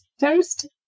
toast